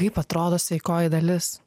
kaip atrodo sveikoji dalis